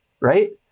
right